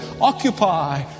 Occupy